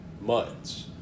months